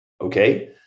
Okay